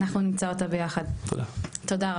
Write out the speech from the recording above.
אנחנו נמצא אותה ביחד, תודה רבה,